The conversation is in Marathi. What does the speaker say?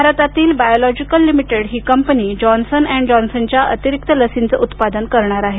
भारतातील बायोलॉजिकल लिमिटेड ही कंपनी जॉन्सन अँड जॉन्सनच्या अतिरिक्त लसींचे उत्पादन करणार आहे